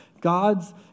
God's